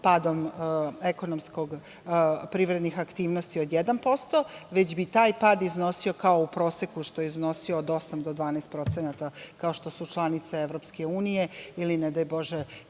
padom ekonomsko privrednih aktivnosti od 1%, već bi taj pad iznosio, kao u proseku što iznosio od 8 do 12%, kao što su članice EU, ili ne daj Bože,